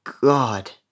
God